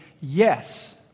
yes